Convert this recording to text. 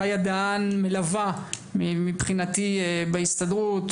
חיה דהן מלווה מבחינתי בהסתדרות,